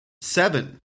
seven